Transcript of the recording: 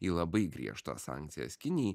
į labai griežtas sankcijas kinijai